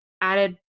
added